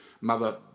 mother